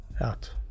out